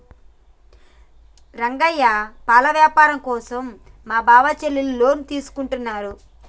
రంగయ్య పాల వ్యాపారం కోసం మా బావ చెల్లెలు లోన్ తీసుకుంటున్నారు